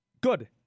good